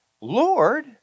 Lord